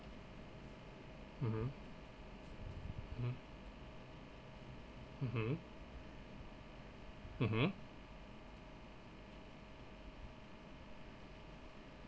mmhmm mmhmm mmhmm mmhmm